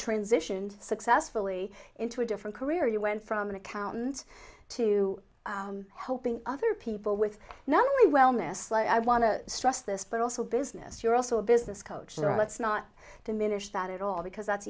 transitioned successfully into a different career you went from an accountant to helping other people with not only wellness i want to stress this but also business you're also a business coach and let's not diminish that at all because that's